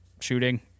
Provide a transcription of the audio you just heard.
shooting